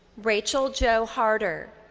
rachel jo harder.